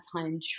time